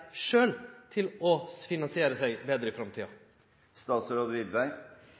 til å finansiere seg betre i